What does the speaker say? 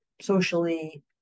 socially